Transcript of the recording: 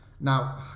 Now